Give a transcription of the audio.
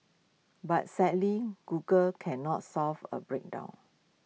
but sadly Google cannot solve A breakdown